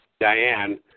Diane